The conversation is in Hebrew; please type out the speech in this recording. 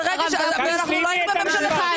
ואנחנו לא היינו בממשלת השינוי.